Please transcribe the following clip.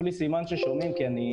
לי סימן ששומעים כי אני הפסקתי לשמוע.